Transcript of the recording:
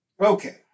Okay